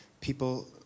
people